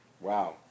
Wow